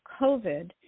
COVID